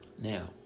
Now